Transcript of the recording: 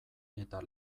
eta